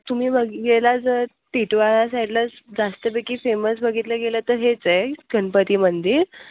तुम्ही बगी गेला जर टिटवाळा साईडलाच जास्त पैकी फेमस बघितलं गेलं तर हेच आहे गणपती मंदिर